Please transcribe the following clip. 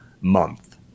month